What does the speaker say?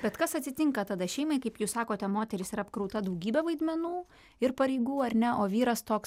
bet kas atsitinka tada šeimai kaip jūs sakote moteris ir apkrauta daugybe vaidmenų ir pareigų ar ne o vyras toks